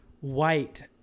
white